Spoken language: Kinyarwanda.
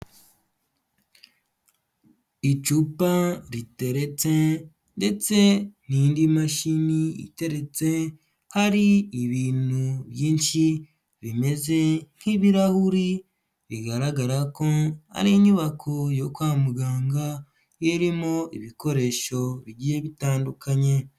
Icupa riteretse ndetse n'indi mashini iteretse hari ibintu byinshi bimeze nk'ibirahuri bigaragara ko ari inyubako yo kwa muganga irimo ibikoresho bigiye bitandukanye.